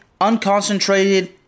unconcentrated